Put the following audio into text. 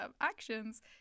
actions